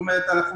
אנחנו,